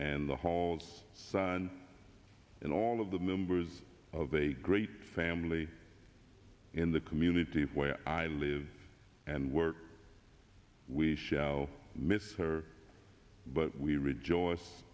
and the hall's son and all of the members of a great family in the community where i live and work we shall miss her but we rejoice